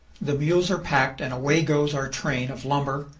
the mules are packed and away goes our train of lumber,